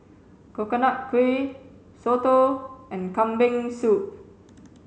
Coconut Kuih Soto and kambing soup